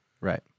right